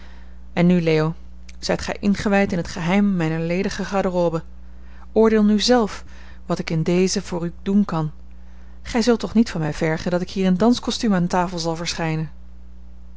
en nu leo zijt gij ingewijd in t geheim mijner ledige garderobe oordeel nu zelf wat ik in dezen voor u doen kan gij zult toch niet van mij vergen dat ik hier in danskostuum aan tafel zal verschijnen